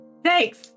Thanks